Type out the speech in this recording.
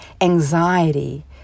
anxiety